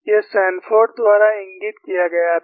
यह सैनफोर्ड द्वारा इंगित किया गया था